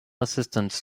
assistants